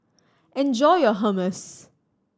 enjoy your Hummus